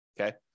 Okay